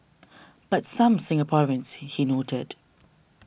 but some Singaporeans he noted